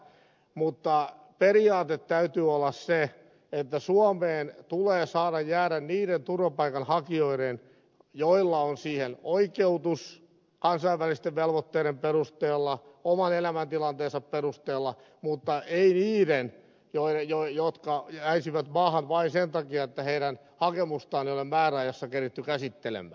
mutta periaatteen täytyy olla se että suomeen tulee saada jäädä niiden turvapaikanhakijoiden joilla on siihen oikeutus kansainvälisten velvoitteiden perusteella oman elämäntilanteensa perusteella mutta ei niiden jotka jäisivät maahan vain sen takia että heidän hakemustaan ei ole määräajassa keritty käsittelemään